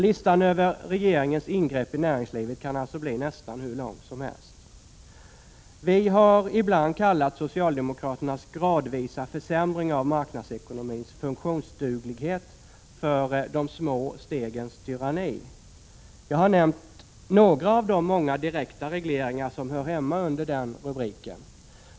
Listan över regeringens ingrepp i näringslivet kan alltså bli nästan hur lång som helst. Vi har ibland kallat socialdemokraternas gradvisa försämring av marknadsekonomins funktionsduglighet för ”De små stegens tyranni”. Jag har nämnt några av de många direkta regleringar som hör hemma under rubriken.